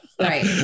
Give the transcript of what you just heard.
Right